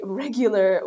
regular